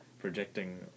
projecting